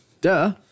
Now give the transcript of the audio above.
Duh